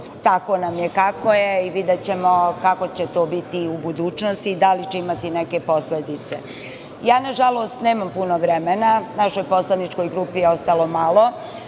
tako nam je kako je, i videćemo kako će to biti u budućnosti, da li će imati neke posledice. Nažalost nemam puno vremena, našoj poslaničkoj grupi ostalo malo,